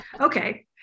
Okay